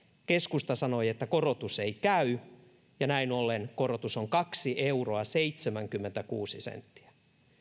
keskusta sanoi että korotus ei käy ja näin ollen korotus on kaksi euroa seitsemänkymmentäkuusi senttiä